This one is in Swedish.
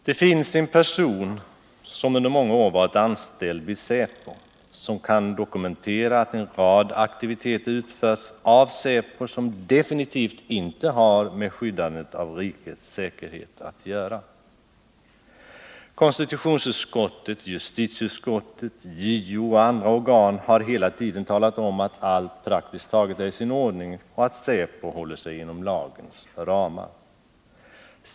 Det finns en person som under många år varit anställd vid säpo som kan dokumentera att en rad aktiviteter utförts av säpo men som definitivt inte har med skyddandet av rikets säkerhet att göra. Konstitutionsutskottet, justititeutskottet, JO och andra organ har hela tiden talat om att allt praktiskt taget är i sin ordning och att säpo håller sig inom lagens ramar.